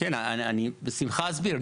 בשמחה אסביר.